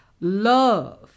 love